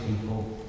people